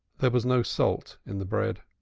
there was no salt in the bread.